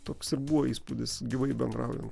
toks ir buvo įspūdis gyvai bendraujant